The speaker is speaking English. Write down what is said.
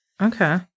Okay